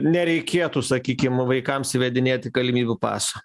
nereikėtų sakykim vaikams įvedinėti galimybių paso